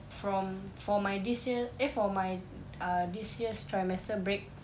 from for my this year eh for my uh this year's trimester break